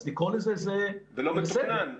ולא מתוקנן.